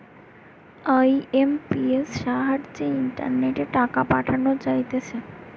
IMPS সাহায্যে ইন্টারনেটে টাকা পাঠানো যাইতেছে